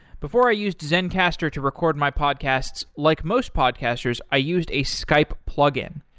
before i used zencastr to record my podcasts, like most podcasters, i used a skype plugin.